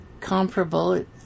comparable